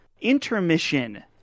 Intermission